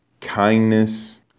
kindness